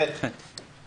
פסקה (ח).